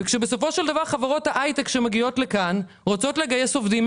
כשבסופו של דבר חברות ההיי-טק שמגיעות לכאן רוצות לגייס עובדים,